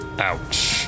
Ouch